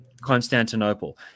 Constantinople